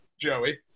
Joey